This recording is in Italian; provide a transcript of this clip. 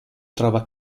trova